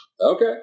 Okay